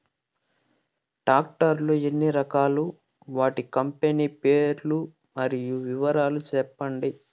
Tractor లు ఎన్ని రకాలు? వాటి కంపెని పేర్లు మరియు వివరాలు సెప్పండి?